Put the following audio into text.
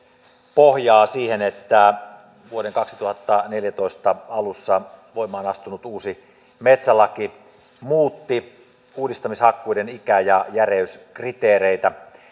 pohjaa siihen että vuoden kaksituhattaneljätoista alussa voimaan astunut uusi metsälaki muutti uudistamishakkuiden ikä ja järeyskriteereitä